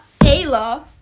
Ayla